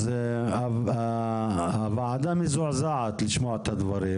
אז הוועדה מזועזעת לשמוע את הדברים,